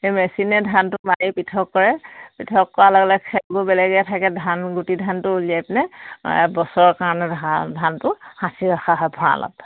সেই মেচিনে ধানটো মাৰি পৃথক কৰে পৃথক কৰাৰ লগে লগে খেৰবোৰ বেলেগে থাকে ধান গুটি ধানটো উলিয়াই পিনে বছৰৰ কাৰণে ধা ধানটো সাঁচি ৰখা হয় ভঁৰালত